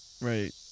Right